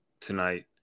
tonight